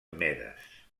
medes